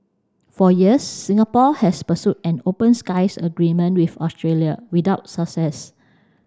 for years Singapore has pursued an open skies agreement with Australia without success